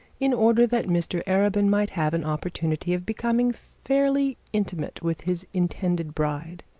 in order that mr arabin might have an opportunity of becoming fairly intimate with his intended bride.